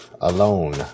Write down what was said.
alone